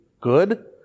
good